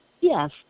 Yes